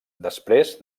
després